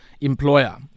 employer